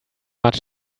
much